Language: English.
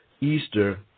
Easter